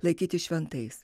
laikyti šventais